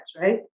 right